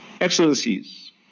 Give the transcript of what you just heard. Excellencies